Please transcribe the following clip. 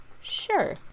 sure